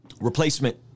Replacement